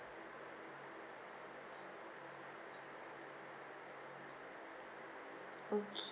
ok~